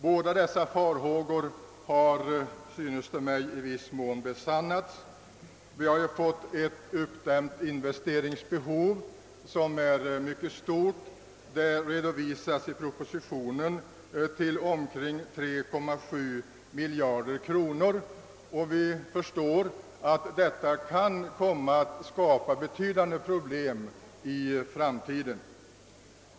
Båda dessa farhågor synes mig ha i viss mån besannats. Vi har ju fått ett mycket stort uppdämt investeringsbehov. I propositionen redovisas att det uppgår till omkring 3,7 miljarder kronor, och vi förstår att detta kan komma att skapa betydande problem i framtiden.